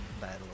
battle